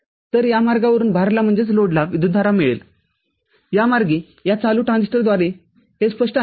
तर या मार्गावरून भारला विद्युतधारा मिळेलया मार्गे या चालू ट्रान्झिस्टरद्वारे हे स्पष्ट आहे का